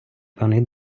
певний